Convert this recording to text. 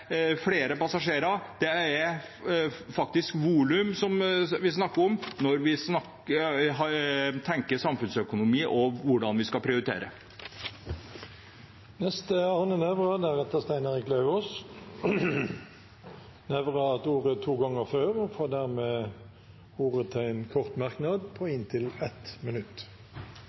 volum vi snakker om når vi tenker samfunnsøkonomi og hvordan vi skal prioritere. Representanten Arne Nævra har hatt ordet to ganger tidligere i debatten og får ordet til en kort merknad, begrenset til 1 minutt.